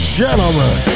gentlemen